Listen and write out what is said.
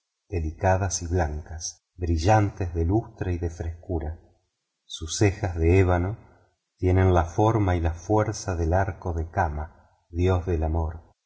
delicadas y blancas brillantes de lustre y de frescura sus cejas de ébano tienen la forma y la fuerza del arco de kama dios del amor